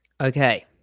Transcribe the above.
Okay